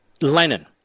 Lenin